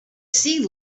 see